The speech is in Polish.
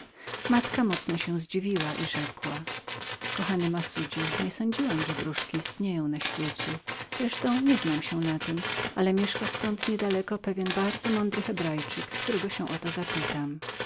matka mocno się zdziwiła i rzekła kochany massudzie nie sądziłam aby wróżki były na świecie wreszcie nie znam się na tem ale mieszka ztąd niedaleko jeden bardzo mądry hebrajczyk którego się zapytam